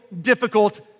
difficult